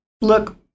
look